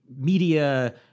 media